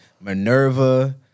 Minerva